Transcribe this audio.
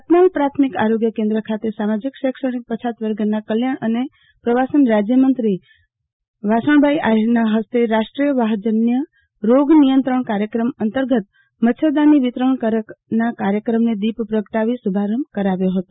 રતનાલ પ્રાથમિક આરોગ્ય કેન્દ્ર ખાતે સામાજીક શૈક્ષણિક પછાત વર્ગોના કલ્યાણઅનેપ્રવાસન રાજયમંત્રી શ્રીવાસણભાઈ આહિરનો હસ્તે રાષ્ટ્રીય વાહજન્ય રોગનિયંત્રકાર્થક્રમઅંતર્ગતમચ્છરદાની વિતરણ કરવાના કાર્યનો દીપ પ્રગટાવીશુભારંભ કરાવ્યો હતો